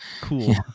cool